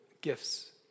gifts